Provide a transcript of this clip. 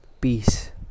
Peace